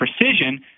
precision